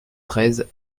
treize